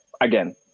again